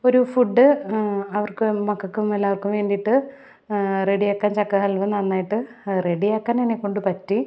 ഒരു ഫുഡ് അവർക്ക് മക്കൾക്കും എല്ലാവർക്കും വേണ്ടിയിട്ട് റെഡിയാക്കാൻ ചക്ക ഹൽവ നന്നായിട്ട് റെഡിയാക്കാൻ എന്നെക്കൊണ്ട് പറ്റി